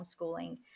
homeschooling